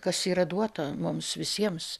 kas yra duota mums visiems